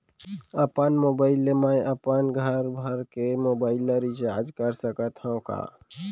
अपन मोबाइल ले मैं अपन घरभर के मोबाइल ला रिचार्ज कर सकत हव का?